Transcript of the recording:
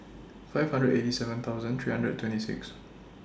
five hundred eighty seven thousand three hundred twenty six